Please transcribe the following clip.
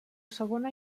segona